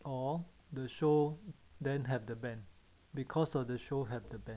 or the show then have the band because of the show have the band